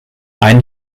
ein